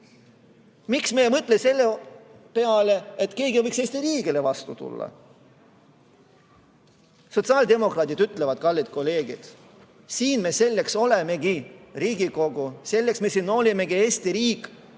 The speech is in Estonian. miks me ei mõtle selle peale, et keegi võiks Eesti riigile vastu tulla. Sotsiaaldemokraadid ütlevad: kallid kolleegid, selleks me olemegi Riigikogu, selleks me olemegi Eesti riik,